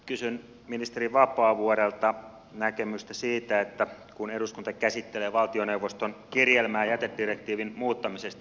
kysyn ministeri vapaavuorelta näkemystä siitä kun eduskunta käsittelee valtioneuvoston kirjelmää jätedirektiivin muuttamisesta